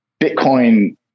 bitcoin